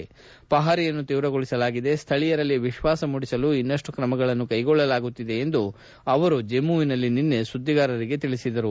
ಅವರು ಪಹರೆಯನ್ನು ತೀವ್ರಗೊಳಿಸಲಾಗಿದೆ ಸ್ಥಳೀಯರಲ್ಲಿ ವಿಶ್ವಾಸ ಮೂಡಿಸಲು ಇನ್ನಷ್ನು ಕ್ರಮಗಳನ್ನು ಕೈಗೊಳ್ಳಲಾಗುತ್ತಿದೆ ಎಂದು ಅವರು ಜಮ್ಮುವಿನಲ್ಲಿ ನಿನ್ನೆ ಸುದ್ದಿಗಾರರಿಗೆ ತಿಳಿಸಿದರು